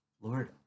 Lord